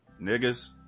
niggas